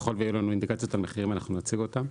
ככל שיהיו לנו אינדיקציות על מחירים אנחנו נציג אותם.